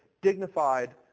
dignified